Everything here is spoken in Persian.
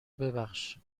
ببخش